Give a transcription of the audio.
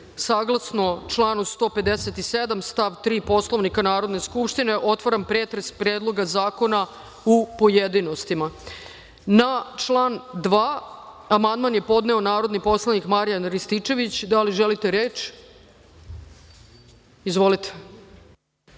saglasno članu 157. stav 3. Poslovnika Narodne skupštine, otvaram pretres Predloga zakona, u pojedinostima. Na član 2. amandman je podneo Narodni poslanik Marijan Rističević. Da li želite reč?1/2